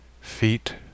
Feet